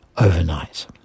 overnight